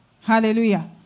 Hallelujah